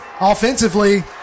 offensively